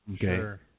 Sure